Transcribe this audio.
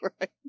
Right